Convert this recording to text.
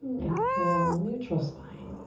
exhale, neutral spine.